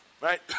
right